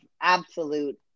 absolute